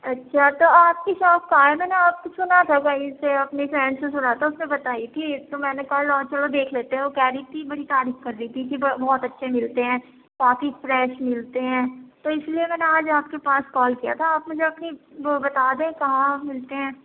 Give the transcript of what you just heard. اچھا تو آپ کی شاپ کہاں ہے میں نے آپ کو سُنا تھا کہیں سے اپنی فرینڈ سے سُنا تھا اُس نے بتائی تھی تو میں نے کہا لاؤ چلو دیکھ لیتے ہیں وہ کہہ رہی تھی بڑی تعریف کر رہی تھی کہ بہ وہ بہت اچھے ملتے ہیں ساتھ ہی فریش ملتے ہیں تو اِس لیے میں نے آج آپ کے پاس کال کیا تھا آپ مجھے اپنی وہ بتا دیں کہاں آپ ملتے ہیں